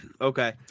Okay